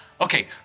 Okay